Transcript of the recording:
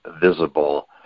visible